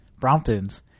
Bromptons